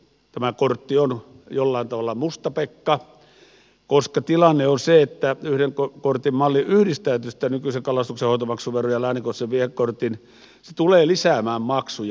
tämä kortti on jollain tavalla mustapekka koska tilanne on se että yhden kortin malli yhdistää tietysti tämän nykyisen kalastuksenhoitomaksuveron ja läänikohtaisen viehekortin se tulee lisäämään maksuja